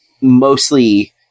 mostly